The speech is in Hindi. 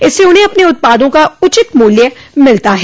इससे उन्हें अपने उत्पादों का उचित मूल्य मिलता है